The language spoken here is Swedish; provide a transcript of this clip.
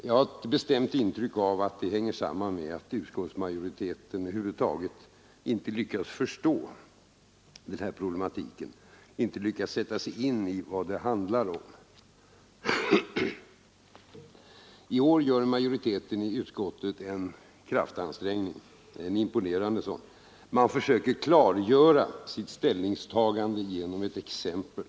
Jag har ett bestämt intryck av att det hänger samman med att utskottsmajoriteten över huvud taget inte lyckats sätta sig in i och förstå vad det hela handlar om. I år gör majoriteten i utskottet en imponerande kraftansträngning. Man försöker klargöra sitt ställningstagande genom att anföra ett exempel.